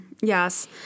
yes